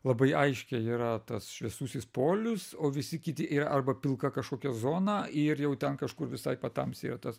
labai aiškiai yra tas šviesusis polius o visi kiti yra arba pilka kažkokia zona ir jau ten kažkur visai patamsyje tas